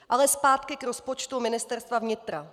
Ale zpátky k rozpočtu Ministerstva vnitra.